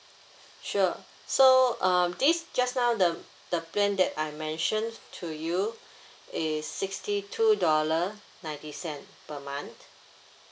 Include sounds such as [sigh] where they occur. sure so uh this just now the the plan that I mentioned to you is [breath] sixty two dollar ninety cent per month